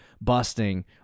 busting